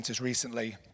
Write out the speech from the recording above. recently